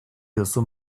duzu